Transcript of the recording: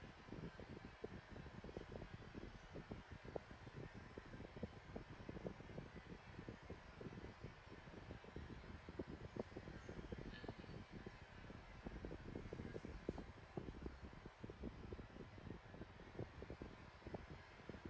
it